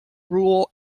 rural